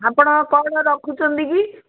ଆପଣ କ'ଣ ରଖୁଛନ୍ତି କି